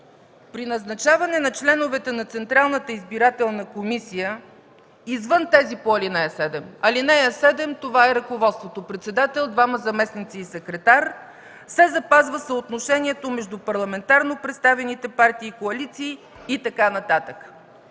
при назначаване на членовете на Централната избирателна комисия, извън тези по ал. 7 – ал. 7 това е ръководството: председател, двама заместници и секретар, се запазва съотношението между парламентарно представените партии и коалиции и така нататък.